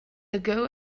ago